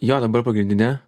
jo dabar pagrindinė